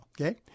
okay